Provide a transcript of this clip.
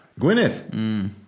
Gwyneth